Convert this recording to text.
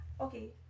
okay